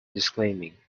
disclaiming